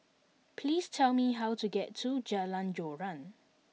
please tell me how to get to Jalan Joran